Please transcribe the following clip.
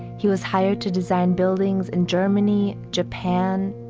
he was hired to design buildings in germany, japan,